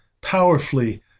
powerfully